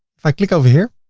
if i click over here,